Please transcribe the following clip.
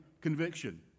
conviction